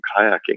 kayaking